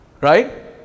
right